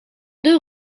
deux